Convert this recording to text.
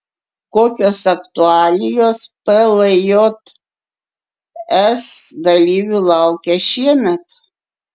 kokios aktualijos pljs dalyvių laukia šiemet